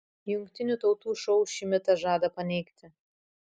jungtinių tautų šou šį mitą žada paneigti